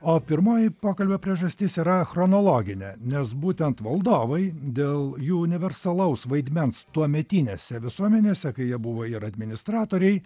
o pirmoji pokalbio priežastis yra chronologinė nes būtent valdovai dėl jų universalaus vaidmens tuometinėse visuomenėse kai jie buvo ir administratoriai